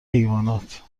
حیوانات